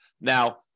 Now